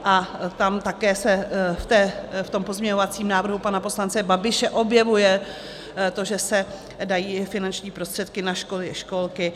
A tam se také v tom pozměňovacím návrhu pana poslance Babiše objevuje to, že se dají finanční prostředky i na školy a školky.